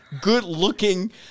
good-looking